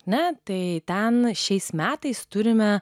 na tai ten šiais metais turime